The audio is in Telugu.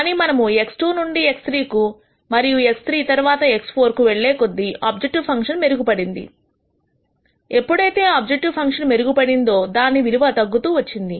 కానీ మనము x2 నుండి x3 కు మరియు x3 తరువాత x4 కు వెళ్లే కొద్దీ ఆబ్జెక్టివ్ ఫంక్షన్ మెరుగుపడింది ఎప్పుడైతే ఆబ్జెక్టివ్ ఫంక్షన్ మెరుగు పడిందో దాని విలువ తగ్గుతూ వచ్చింది